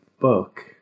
book